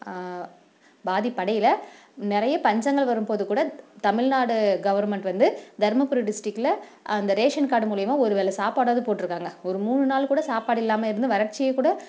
பாதிப்பு அடையலை நிறைய பஞ்சங்கள் வரும் போது கூட தமிழ்நாடு கவர்ன்மெண்ட் வந்து தர்மபுரி டிஸ்டிகில் அந்த ரேஷன் கார்டு மூலயமா ஒரு வேளை சாப்பாடாவது போட்டிருக்காங்க ஒரு மூணு நாள் கூட சாப்பாடு இல்லாமல் இருந்து வறட்சியை கூட